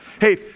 hey